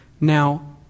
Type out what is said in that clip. Now